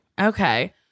Okay